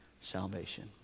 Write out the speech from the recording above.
salvation